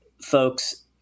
folks